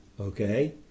okay